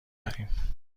داریم